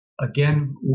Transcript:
Again